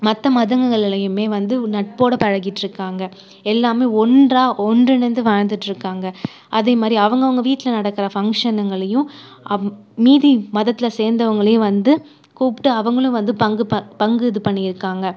மற்ற மாதங்கள்லேயுமே வந்து நட்போடய பழகிட்டு இருக்காங்க எல்லாமே ஒன்றாக ஒன்றிணைந்து வாழ்ந்துகிட்டு இருக்காங்க அதே மாதிரி அவங்கவுங்க வீட்டில் நடக்கிற ஃபங்க்ஷன்ங்களையும் அம் மீதி மதத்தில் சேர்ந்தவங்களையும் வந்து கூப்பிட்டு அவங்களும் வந்து பங்கு ப பங்கு இது பண்ணியிருக்காங்க